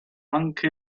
anche